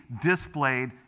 displayed